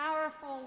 powerful